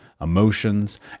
emotions